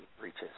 reaches